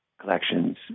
collections